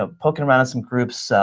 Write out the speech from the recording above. ah poking around in some groups, so